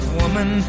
woman